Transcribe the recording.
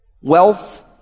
wealth